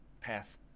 pass